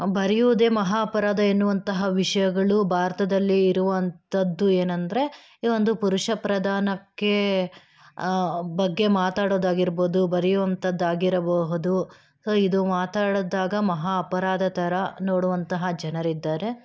ಬರೆಯೋದೇ ಮಹಾ ಅಪರಾಧ ಎನ್ನುವಂತಹ ವಿಷಯಗಳು ಭಾರತದಲ್ಲಿ ಇರುವಂಥದ್ದು ಏನಂದರೆ ಈ ಒಂದು ಪುರುಷ ಪ್ರಧಾನಕ್ಕೆ ಬಗ್ಗೆ ಮಾತಾಡೋದಾಗಿರ್ಬೋದು ಬರೆಯುವಂಥದ್ದಾಗಿರಬಹುದು ಇದು ಮಾತಾಡಿದಾಗ ಮಹಾ ಅಪರಾಧ ಥರ ನೋಡುವಂತಹ ಜನರಿದ್ದಾರೆ